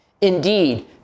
Indeed